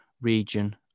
region